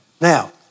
Now